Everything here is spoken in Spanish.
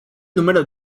número